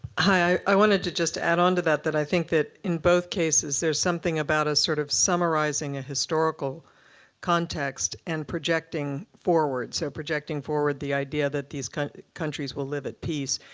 i wanted to just add on to that, that i think in both cases, there's something about a sort of summarizing a historical context and projecting forward. so projecting forward the idea that these kind of countries will live at peace.